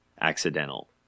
accidental